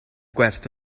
gwerth